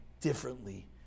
differently